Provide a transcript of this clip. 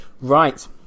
Right